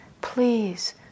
Please